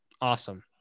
awesome